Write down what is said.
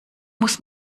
muss